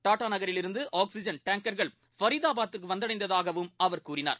டாடாநகரிலிருந்துஆக்சிஐன் டேங்கர்கள் ஃபரீதாபாதிற்குவந்தடைந்ததாகவும் அவர் கூறினார்